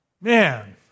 Man